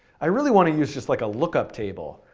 i really want to use just like a lookup table.